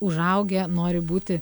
užaugę nori būti